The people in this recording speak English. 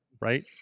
right